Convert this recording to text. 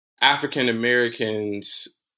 African-Americans